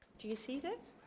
do you see this?